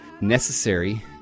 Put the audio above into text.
necessary